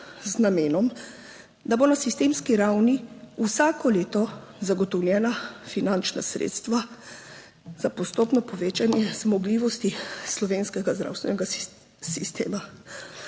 z namenom, da bo na sistemski ravni vsako leto zagotovljena finančna sredstva za postopno povečanje zmogljivosti slovenskega zdravstvenega sistema.